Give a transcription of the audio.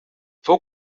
fou